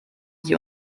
sie